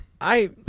I-